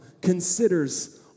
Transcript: considers